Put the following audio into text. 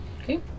okay